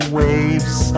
waves